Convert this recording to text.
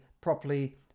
properly